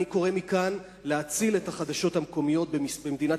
אני קורא מכאן להציל את החדשות המקומיות במדינת